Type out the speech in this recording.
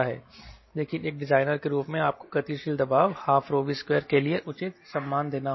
लेकिन एक डिजाइनर के रूप में आपको गतिशील दबाव 12V2 के लिए उचित सम्मान देना होगा